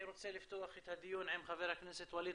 אני רוצה לפתוח את הדיון עם חבר הכנסת ווליד